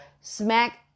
smack